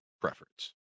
preference